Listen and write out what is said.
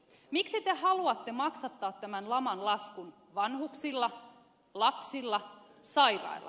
miksi te haluatte maksattaa tämän laman laskun vanhuksilla lapsilla sairailla